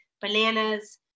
bananas